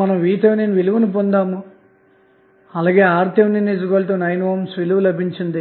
మీరు VTh విలువను పొందారు అలాగే RTh 9ohmవిలువ లభించింది